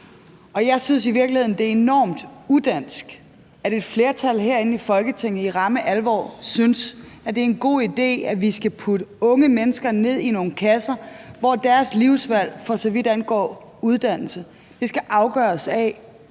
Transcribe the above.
udansk, at et flertal herinde i Folketinget i ramme alvor synes, det er en god idé, at vi skal putte unge mennesker ned i nogle kasser, hvor deres livsvalg, for så vidt angår uddannelse, skal afgøres af,